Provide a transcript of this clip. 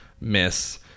miss